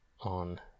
on